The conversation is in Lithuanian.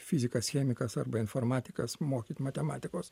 fizikas chemikas arba informatikas mokyt matematikos